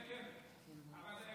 כן, כן, גם דעה נוספת.